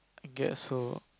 I guess so